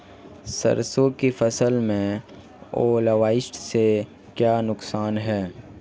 सरसों की फसल में ओलावृष्टि से क्या नुकसान है?